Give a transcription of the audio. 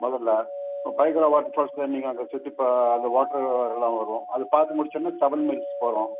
முதல்ல பைக்காரா வாட்டர் ஃபால்ஸில் நீங்கள் அங்கே சுற்றிப் பா அங்கே வாட்டர் எல்லாம் வரும் அதைப் பார்த்து முடித்த உடனே செவன் மில்ஸ் போகிறோம்